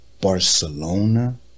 Barcelona